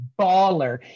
baller